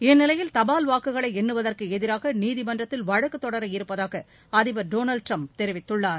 இந்நிலையில் தபால் வாக்குகளை எண்ணுவதற்கு எதிராக நீதிமன்றத்தில் வழக்கு தொடர இருப்பதாக அதிபர் டொனால்ட் ட்ரம்ப் தெரிவித்துள்ளார்